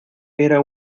era